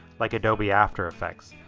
like adobe after effects.